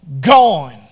gone